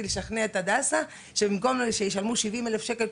לשכנע את "הדסה" שבמקום שישלמו 70,000שקל,